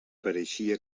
pareixia